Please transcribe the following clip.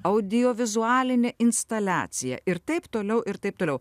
audiovizualinė instaliacija ir taip toliau ir taip toliau